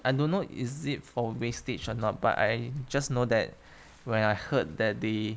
I don't know is it for wastage or not but I just know that when I heard that they